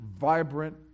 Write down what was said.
vibrant